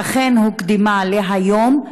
והיא אכן הוקדמה להיום,